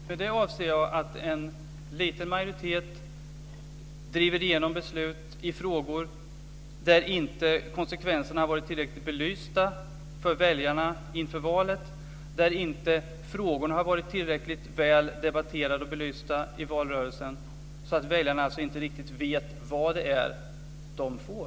Fru talman! Med det avser jag att en liten majoritet driver igenom beslut i frågor där konsekvenserna inte har varit tillräckligt belysta för väljarna inför valet, där frågorna inte har varit tillräckligt väl debatterade i valrörelsen. Väljarna vet alltså inte riktigt vad det är som de får.